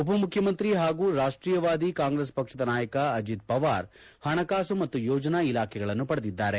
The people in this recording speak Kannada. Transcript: ಉಪಮುಖ್ಯಮಂತ್ರಿ ಪಾಗೂ ರಾಷ್ಷೀಯವಾದಿ ಕಾಂಗ್ರೆಸ್ ಪಕ್ಷದ ನಾಯಕ ಅಜೀತ್ ಪವಾರ್ ಪಣಕಾಸು ಮತ್ತು ಯೋಜನಾ ಇಲಾಖೆಗಳನ್ನು ಪಡೆದಿದ್ದಾರೆ